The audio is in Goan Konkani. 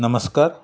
नमस्कार